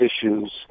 issues